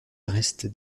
reste